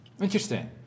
Interesting